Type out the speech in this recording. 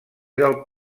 del